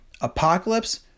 Apocalypse